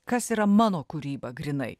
kas yra mano kūryba grynai